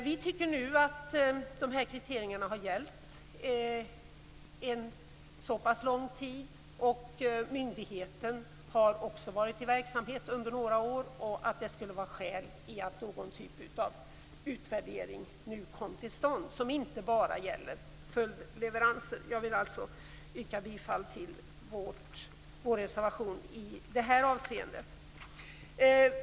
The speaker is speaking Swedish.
Vi tycker att de här kriterierna har gällt en så pass lång tid, och myndigheten har också varit i verksamhet under några år, att det skulle vara skäl till att någon typ av utvärdering som inte bara gäller följdleveranser nu kom till stånd. Jag vill alltså yrka bifall till vår reservation i det här avseendet.